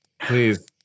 please